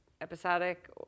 episodic